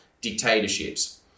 dictatorships